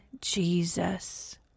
Jesus